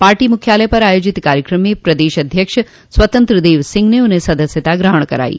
party मुख्यालय पर आयोजित कार्यकम में प्रदेश अध्यक्ष स्वतंत्र देव सिंह ने उन्हें सदस्यता ग्रहण करायी